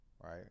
right